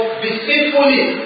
deceitfully